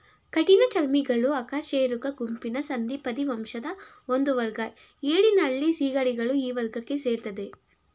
ಕಠಿಣಚರ್ಮಿಗಳು ಅಕಶೇರುಕ ಗುಂಪಿನ ಸಂಧಿಪದಿ ವಂಶದ ಒಂದುವರ್ಗ ಏಡಿ ನಳ್ಳಿ ಸೀಗಡಿಗಳು ಈ ವರ್ಗಕ್ಕೆ ಸೇರ್ತದೆ